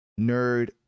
nerd